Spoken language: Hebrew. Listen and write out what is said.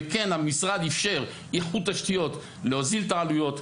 וכן המשרד איפשר איחוד תשתיות להוזיל את העלויות.